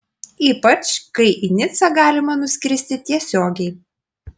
ypač kai į nicą galima nuskristi tiesiogiai